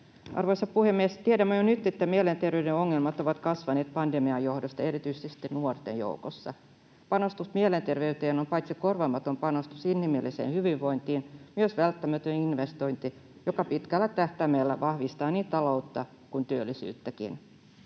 Arvoisa puhemies! Tiedämme jo nyt, että mielenterveyden ongelmat ovat kasvaneet pandemian johdosta ja erityisesti nuorten joukossa. Panostus mielenterveyteen on paitsi korvamaaton panostus inhimilliseen hyvinvointiin myös välttämätön investointi, joka pitkällä tähtäimellä vahvistaa niin taloutta kuin työllisyyttäkin.